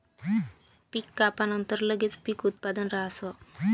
पीक कापानंतर लगेच पीक उत्पादन राहस